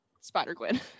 Spider-Gwen